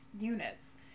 units